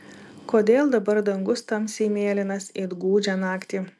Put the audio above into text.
kodėl dabar dangus tamsiai mėlynas it gūdžią naktį